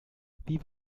wie